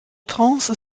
prince